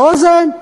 באוזן,